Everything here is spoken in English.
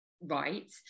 right